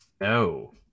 No